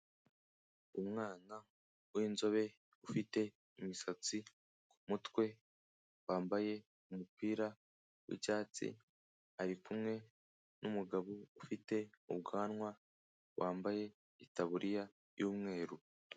Umwana w'inzobe, ufite imisatsi ku mutwe, wambaye umupira w'icyatsi ari kumwe n'umugabo ufite ubwanwa, wambaye itaburiya y'umweru.